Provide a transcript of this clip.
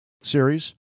Series